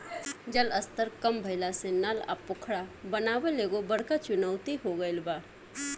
जल स्तर कम भइला से नल आ पोखरा बनावल एगो बड़का चुनौती हो गइल बा